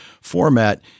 format